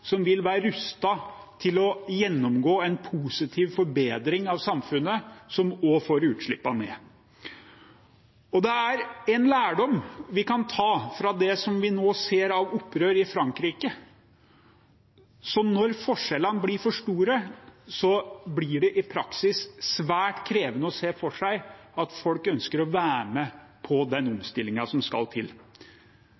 som vil være rustet til å gjennomgå en forbedring av samfunnet, og som vil få utslippene ned. Det er en lærdom vi kan ta fra det som vi nå ser av opprør i Frankrike: Når forskjellene blir for store, blir det i praksis svært krevende å se for seg at folk ønsker å være med på den